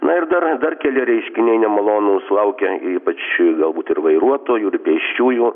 na ir dar dar keli reiškiniai nemalonūs laukia ypač galbūt ir vairuotojų ir pėsčiųjų